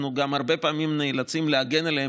אנחנו גם הרבה פעמים נאלצים להגן עליהן